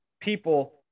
people